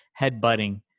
headbutting